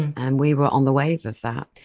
and we were on the wave of that.